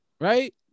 right